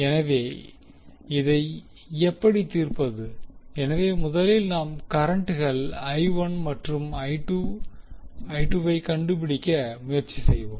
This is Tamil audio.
எனவே இதை எப்படி தீர்ப்பது எனவே நாம் முதலில் கரண்ட்கள் I1 மற்றும் I2 வை கண்டுபிடிக்க முயற்சி செய்வோம்